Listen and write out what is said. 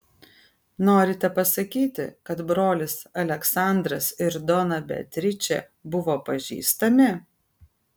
norite pasakyti kad brolis aleksandras ir dona beatričė buvo pažįstami